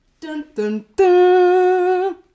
Dun-dun-dun